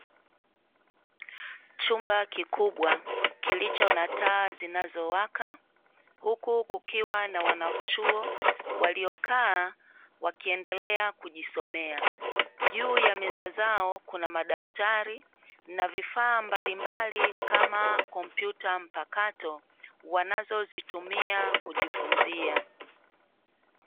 Chumba kikubwa kilicho na taa zinazowaka, huku kukiwa na wanachuo waliokaa wakiendelea kujisomea, juu ya meza zao kuna madaftari na vifaa mbalimbali kama kompyuta mpakato wanazozitumia kujifunzia.